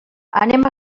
anem